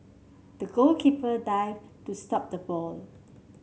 the goalkeeper dived to stop the ball